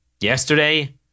Yesterday